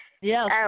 Yes